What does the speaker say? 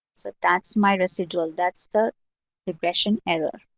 so that's my residual. that's the regression error.